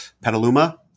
Petaluma